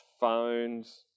phones